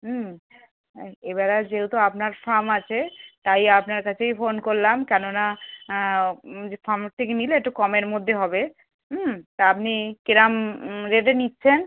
হুম এবার আর যেহতু আপনার ফার্ম আছে তাই আপনার কাছেই ফোন করলাম কেননা আ যে ফার্মের থেকে নিলে একটু কমের মধ্যে হবে হুম তা আপনি কিরকম রেটে নিচ্ছেন